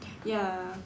ya